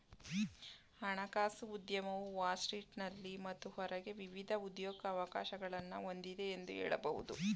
ಹಣಕಾಸು ಉದ್ಯಮವು ವಾಲ್ ಸ್ಟ್ರೀಟ್ನಲ್ಲಿ ಮತ್ತು ಹೊರಗೆ ವಿವಿಧ ಉದ್ಯೋಗವಕಾಶಗಳನ್ನ ಹೊಂದಿದೆ ಎಂದು ಹೇಳಬಹುದು